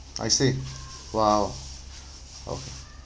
I see !wow! oh